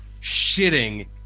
shitting